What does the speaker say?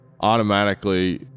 automatically